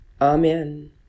Amen